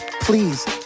Please